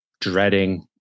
dreading